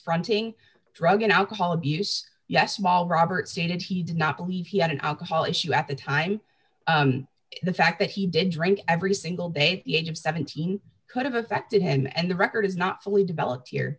fronting drug and alcohol abuse yes maule robert stated he did not believe he had an alcohol issue at the time the fact that he did drink every single day the age of seventeen could have affected him and the record is not fully developed here